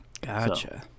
Gotcha